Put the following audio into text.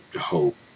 hope